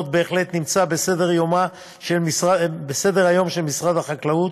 בהחלט נמצא בסדר-היום של משרד החקלאות